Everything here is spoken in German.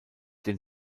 den